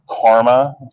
karma